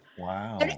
Wow